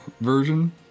version